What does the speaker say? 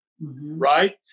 Right